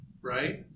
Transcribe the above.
right